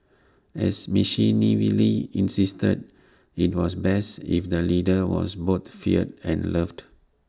as Machiavelli insisted IT was best if the leader was both feared and loved